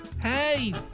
Hey